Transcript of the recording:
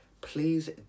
please